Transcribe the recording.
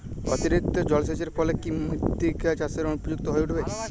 অতিরিক্ত জলসেচের ফলে কি মৃত্তিকা চাষের অনুপযুক্ত হয়ে ওঠে?